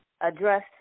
address